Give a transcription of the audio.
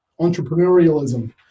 entrepreneurialism